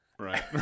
Right